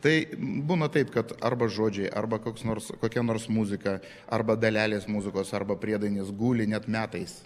tai būna taip kad arba žodžiai arba koks nors kokia nors muzika arba dalelės muzikos arba priedainis guli net metais